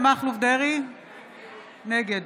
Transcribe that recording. נגד